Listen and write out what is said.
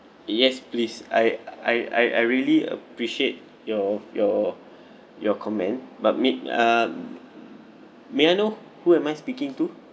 yes please I I I I really appreciate your your your comment but may uh may I know who am I speaking to